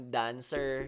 dancer